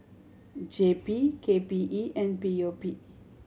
J P K P E and P O P